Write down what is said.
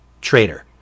trader